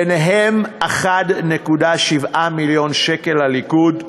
ביניהם 1.7 מיליון שקל לליכוד.